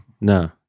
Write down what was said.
No